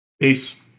Peace